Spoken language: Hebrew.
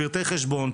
פרטי חשבון,